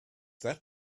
that